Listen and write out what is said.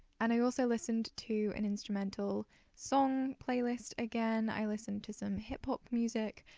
and i also listened to an instrumental song playlist again i listened to some hip-hop music,